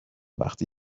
وقتی